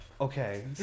Okay